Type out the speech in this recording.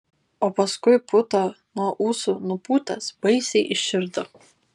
o paskui putą nuo ūsų nupūtęs baisiai įširdo